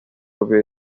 propio